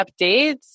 updates